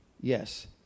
yes